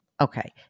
Okay